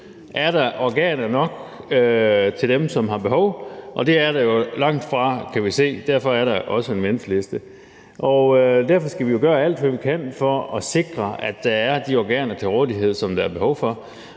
der er organer nok til dem, som har behov for det? Det er der jo langtfra, kan vi se, og derfor er det også en venteliste. Derfor skal vi jo gøre alt, hvad vi kan, for at sikre, at der er de organer til rådighed, som der er behov for,